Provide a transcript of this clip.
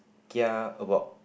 kia about